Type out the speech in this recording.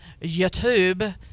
YouTube